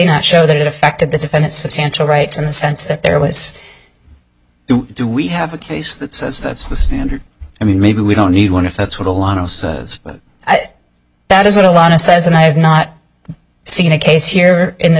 not show that it affected the defendant substantial rights in the sense that there was do we have a case that says that's the standard i mean maybe we don't need one if that's what a lot of that is what a lot of says and i have not seen a case here in the